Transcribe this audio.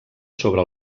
sobre